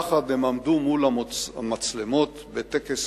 יחד הם עמדו מול המצלמות בטקס